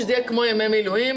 כך שזה יהיה כמו ימי מילואים.